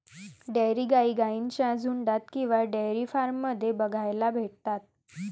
dairy गाई गाईंच्या झुन्डात किंवा डेयरी फार्म मध्ये बघायला भेटतात